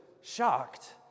shocked